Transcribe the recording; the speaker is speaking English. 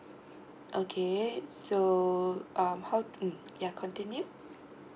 okay so um how mm ya continue